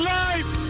life